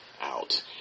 out